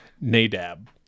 Nadab